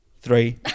Three